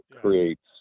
creates